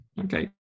okay